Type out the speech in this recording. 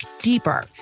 deeper